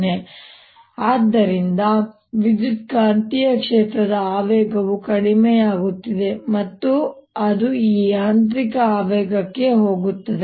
ಮತ್ತು ಆದ್ದರಿಂದ ವಿದ್ಯುತ್ಕಾಂತೀಯ ಕ್ಷೇತ್ರದ ಆವೇಗವು ಕಡಿಮೆಯಾಗುತ್ತಿದೆ ಮತ್ತು ಅದು ಈ ಯಾಂತ್ರಿಕ ಆವೇಗಕ್ಕೆ ಹೋಗುತ್ತದೆ